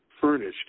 furnished